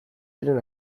diren